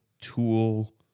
tool